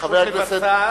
חבר הכנסת.